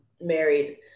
married